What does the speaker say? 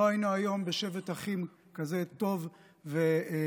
לא היינו היום בשבת אחים כזה טוב ונחמד,